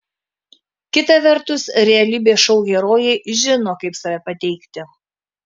kita vertus realybės šou herojai žino kaip save pateikti